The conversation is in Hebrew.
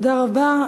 תודה רבה.